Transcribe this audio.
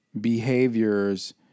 behaviors